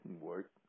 work